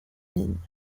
ligne